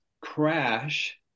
crash